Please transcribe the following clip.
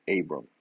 Abram